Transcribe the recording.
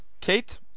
Kate